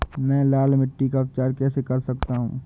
मैं लाल मिट्टी का उपचार कैसे कर सकता हूँ?